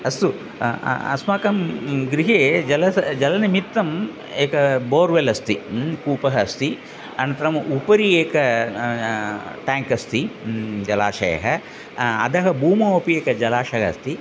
अस्तु अस्माकं गृहे जलस जलनिमित्तम् एकं बोर्वेल् अस्ति कूपः अस्ति अनन्तरम् उपरि एकं टाङ्क् अस्ति जलाशयः अधः भूमौ अपि एकः जलाशयः अस्ति